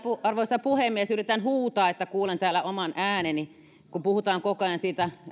arvoisa puhemies yritän huutaa että kuulen täällä oman ääneni kun puhutaan koko ajan siitä